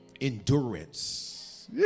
endurance